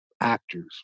actors